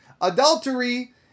Adultery